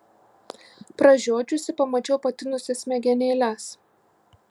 pražiodžiusi pamačiau patinusias smegenėles